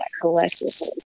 collectively